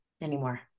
anymore